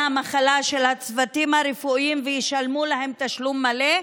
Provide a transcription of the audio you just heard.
המחלה של הצוותים הרפואיים וישלמו להם תשלום מלא,